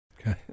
Okay